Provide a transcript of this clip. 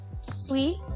Sweet